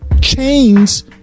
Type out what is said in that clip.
chains